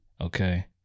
okay